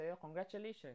congratulations